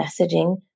messaging